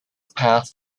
path